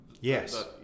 Yes